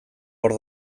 hor